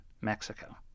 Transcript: Mexico